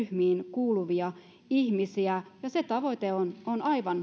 kuuluvia ihmisiä ja se tavoite on aivan